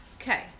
Okay